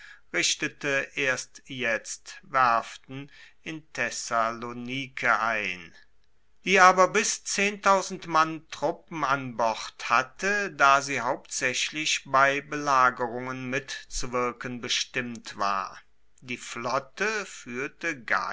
richtete erst jetzt werften in thessalonike ein die aber bis mann truppen an bord hatte da sie hauptsaechlich bei belagerungen mitzuwirken bestimmt war die flotte fuehrte gaius